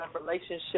relationship